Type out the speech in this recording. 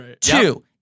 Two